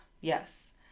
yes